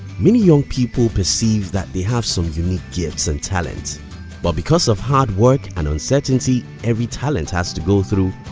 many young people perceive that they have some unique gifts and talents but because of the hard work and uncertainty every talent has to go through,